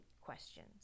questions